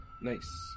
nice